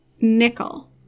Nickel